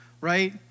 right